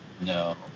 No